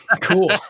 cool